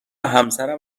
همسرم